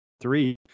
three